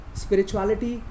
spirituality